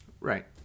Right